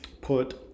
put